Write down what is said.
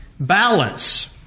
Balance